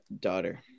daughter